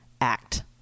act